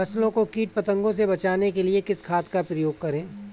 फसलों को कीट पतंगों से बचाने के लिए किस खाद का प्रयोग करें?